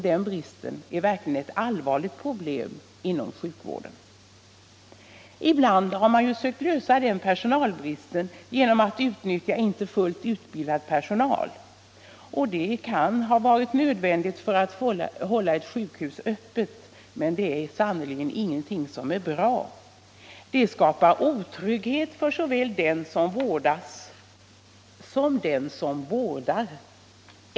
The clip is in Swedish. Den bristen är verkligen ett allvarligt problem inom sjukvården. Ibland har man försökt lösa problemet med personalbristen genom att utnyttja icke fullt utbildad personal. Det kan ha varit nödvändigt för att hålla ett sjukhus öppet, men det är sannerligen ingenting som är bra. Det skapar otrygghet för såväl den som vårdas som den som vårdar.